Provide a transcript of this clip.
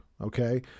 okay